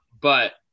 But-